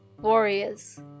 warriors